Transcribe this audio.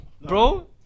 Bro